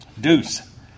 Deuce